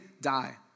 die